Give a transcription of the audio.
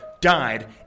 died